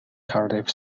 cardiff